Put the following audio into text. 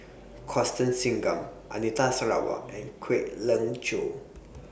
Constance Singam Anita Sarawak and Kwek Leng Joo